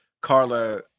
carla